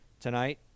Tonight